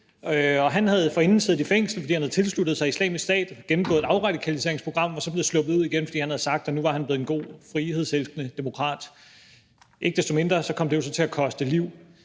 Han havde forinden siddet i fængsel, fordi han havde tilsluttet sig Islamisk Stat, og gennemgået et afradikaliseringsprogram. Han var så blevet sluppet ud igen, fordi han havde sagt, at han nu var blevet en god, frihedselskende demokrat. Ikke desto mindre kom det jo så til at koste liv.